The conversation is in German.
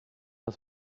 das